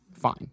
fine